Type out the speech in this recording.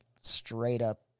straight-up